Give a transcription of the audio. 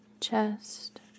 chest